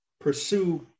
pursue